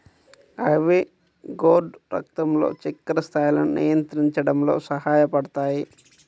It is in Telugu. ఐవీ గోర్డ్ రక్తంలో చక్కెర స్థాయిలను నియంత్రించడంలో సహాయపడతాయి